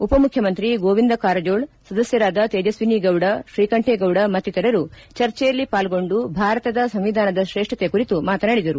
ಉಪಮುಖ್ಯಮಂತ್ರಿ ಗೋವಿಂದ ಕಾರಜೋಳಸದಸ್ಯರಾದ ತೇಜಸ್ವಿನಿ ಗೌಡ ಶ್ರೀಕಂಠೇಗೌಡ ಮತ್ತಿತರರು ಚರ್ಚೆಯಲ್ಲಿ ಪಾಲ್ಗೊಂಡು ಭಾರತದ ಸಂವಿಧಾನದ ಶ್ರೇಷ್ಠತೆ ಕುರಿತು ಮಾತನಾಡಿದರು